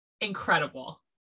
incredible